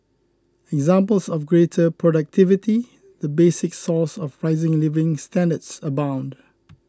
examples of greater productivity the basic source of rising living standards abound